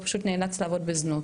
הוא פשוט נאלץ לעבוד בזנות.